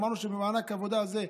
אמרנו שבמענק העבודה הזה,